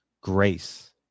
grace